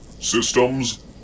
Systems